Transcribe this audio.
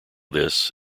this